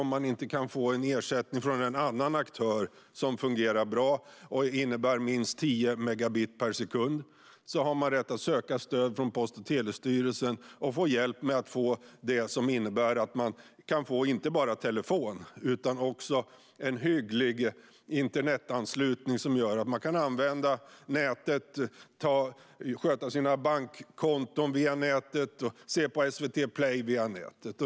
Om man inte kan få ersättning från en annan aktör som fungerar bra och som innebär minst tio megabit per sekund har man rätt att söka stöd från Post och telestyrelsen och få hjälp med att få inte bara telefon utan också en hygglig internetanslutning som gör att man kan använda nätet för att sköta sina bankkonton och se på SVT Play.